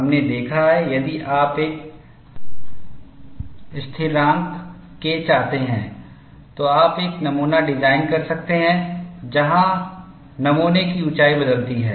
हमने देखा है यदि आप एक स्थिरांक K चाहते हैं तो आप एक नमूना डिज़ाइन कर सकते हैं जहाँ नमूना की ऊँचाई बदलती है